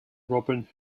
robin